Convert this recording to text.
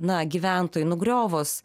na gyventojų nugriovus